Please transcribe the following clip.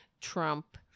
Trump